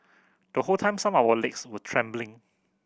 the whole time some of our legs were trembling